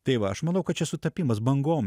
tai va aš manau kad čia sutapimas bangom